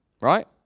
Right